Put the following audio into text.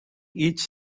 each